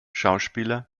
schauspieler